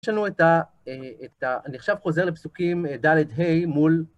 יש לנו את ה... אני עכשיו חוזר לפסוקים, ד'-ה' מול...